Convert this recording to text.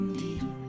deep